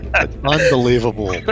unbelievable